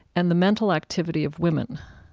and the mental activity of women.